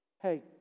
hey